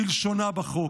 כלשונה בחוק".